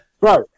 Right